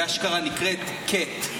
היא אשכרה נקראת cat.